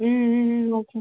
ம் hmm hmm okay